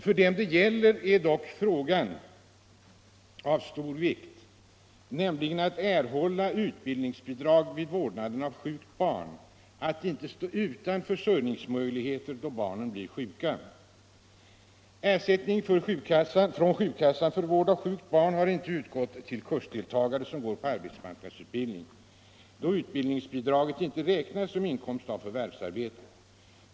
För dem det gäller är dock problemet — att erhålla utbildningsbidrag vid vårdnaden av sjukt barn — av stor vikt. Det är väsentligt att inte stå utan försörjningsmöjligheter då barnen blir sjuka. Ersättning från sjukkassa för vård av sjukt barn har inte utgått till deltagare i kurser inom arbetsmarknadsutbildning, då utbildningsbidraget inte räknas som inkomst av förvärvsarbete.